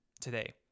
today